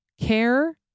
care